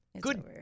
Good